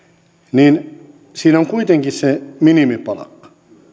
niin siinä on kuitenkin se minimipalkka